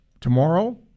Tomorrow